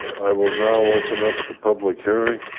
i will now open up the public hearing.